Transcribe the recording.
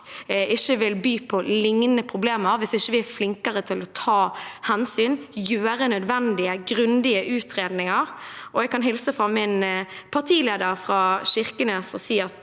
ikke vil by på lignende problemer hvis vi ikke er flinkere til å ta hensyn og foreta nødvendige og grundige utredninger. Jeg kan hilse fra min partileder fra Kirkenes og si at